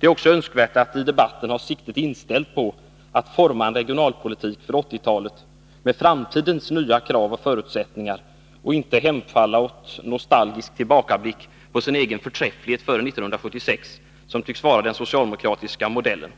Det är också önskvärt att i debatten ha siktet inställt på att forma en regionalpolitik för 1980-talet med utgångspunkt i framtidens nya krav och förutsättningar och inte hemfalla åt nostalgisk tillbakablick på sin egen förträfflighet före 1976, vilket tycks vara den socialdemokratiska modellen.